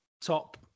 top